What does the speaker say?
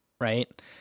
right